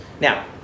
Now